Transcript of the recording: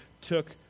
took